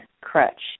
Crutch